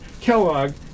Kellogg